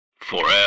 forever